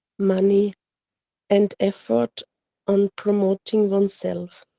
money and effort on promoting oneself.